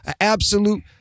absolute